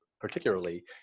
particularly